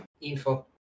info